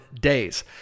days